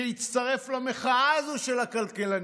שהצטרף למחאה הזו של הכלכלנים.